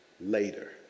later